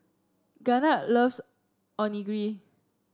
Garnet loves Onigiri